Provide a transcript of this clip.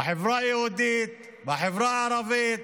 בחברה היהודית ובחברה הערבית,